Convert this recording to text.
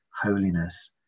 holiness